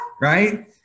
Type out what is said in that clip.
right